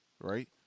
Right